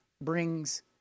brings